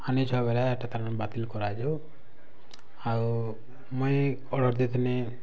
ଆନିଛ ବେଲେ ଏଇଟା ତାର୍ ମାନେ ବାତିଲ୍ କରାଯାଉ ଆଉ ମୁଇଁ ଅର୍ଡ଼ର୍ ଦେଇଥିନି